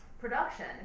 production